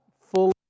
fully